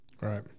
Right